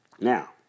Now